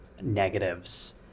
negatives